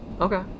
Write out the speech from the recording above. Okay